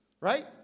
right